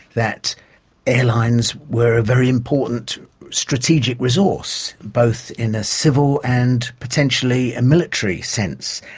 that airlines were a very important strategic resource, both in a civil and potentially a military sense.